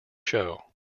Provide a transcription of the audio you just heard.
show